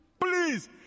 please